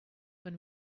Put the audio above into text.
when